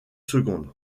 secondes